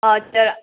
हजुर